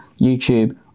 YouTube